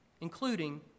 including